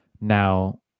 Now